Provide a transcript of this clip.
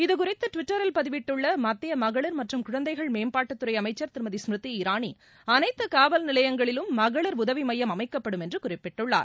இதுகுறித்து டுவிட்டரில் பதிவிட்டுள்ள மத்திய மகளிர் மற்றும் குழந்தைகள் மேம்பாட்டுத்துறை அளமச்சர் திருமதி ஸ்மிருதி இரானி அளைத்து காவல் நிலையங்களிலும் மகளிர் உதவி மமயம் அமைக்கப்படும் என்று குறிப்பிட்டுள்ளார்